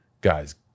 guys